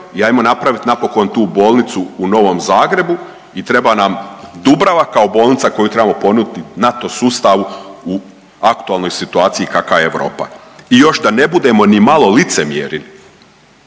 i ajmo napravit napokon tu bolnicu u Novom Zagrebu i treba nam Dubrava kao bolnica koju trebamo ponuditi NATO sustavu u aktualnoj situaciji kakva je Europa. I još da ne budemo nimalo licemjeri